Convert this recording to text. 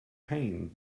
pain